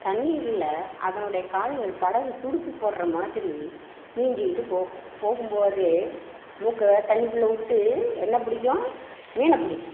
தண்ணீரில் அதனுடைய கால்கள் படகு துடுப்பு போடுற மாதிரி நீஞ்சிக்கிட்டு போகும் போகும் போதே மூக்கை வேறு தண்ணிக்குள்ளே விட்டு என்ன பிடிக்கும் மீனை பிடிக்கும்